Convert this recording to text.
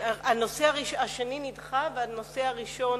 הנושא השני נדחה, והנושא הראשון